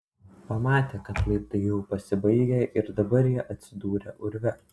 pamatė kad laiptai jau pasibaigę ir dabar jie atsidūrę urve